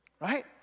Right